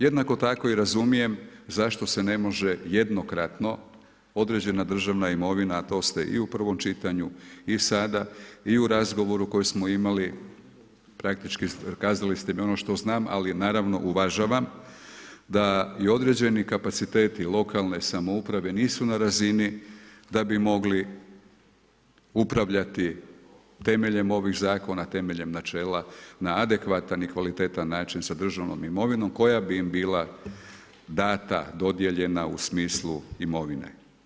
Jednako tako i razumijem zašto se ne može jednokratno određena državna imovina, a to ste i u prvom čitanju i sada i u razgovoru koji smo imali, praktički kazali ste mi ono što znam, ali naravno uvažavam da je određeni kapaciteti lokalne samouprave nisu na razini da bi mogli upravljati temeljem ovih zakona, temeljem načela na adekvatan i kvalitetan način sa državnom imovinom koja bi im bila dana, dodijeljena u smislu imovine.